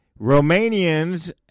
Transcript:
Romanians